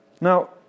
Now